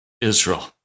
Israel